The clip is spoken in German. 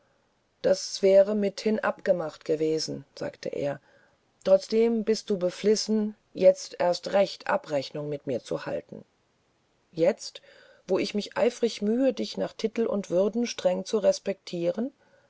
das wäre mithin abgemacht gewesen sagte er trotzdem bist du beflissen jetzt erst recht abrechnung mit mir zu halten jetzt wo ich mich eifrig bemühe dich nach titel und würden streng zu respektieren